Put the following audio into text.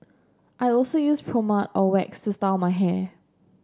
I also use pomade or wax to style my hair